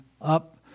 up